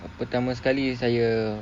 pertama sekali saya